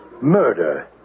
murder